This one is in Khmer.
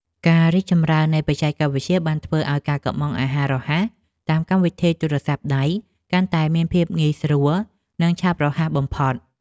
ការរីកចម្រើននៃបច្ចេកវិទ្យាបានធ្វើឲ្យការកុម្ម៉ង់អាហាររហ័សតាមកម្មវិធីទូរស័ព្ទដៃកាន់តែមានភាពងាយស្រួលនិងឆាប់រហ័សបំផុត។